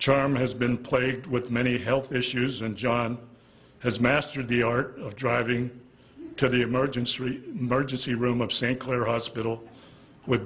charm has been plagued with many health issues and john has mastered the art of driving to the emergency merges the room of st clair hospital with